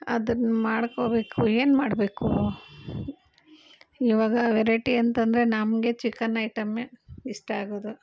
ಅದನ್ನು ಮಾಡ್ಕೋಬೇಕು ಏನು ಮಾಡಬೇಕು ಇವಾಗ ವೆರೈಟಿ ಅಂತಂದ್ರೆ ನಮಗೆ ಚಿಕನ್ ಐಟಮ್ಮೆ ಇಷ್ಟ ಆಗೋದು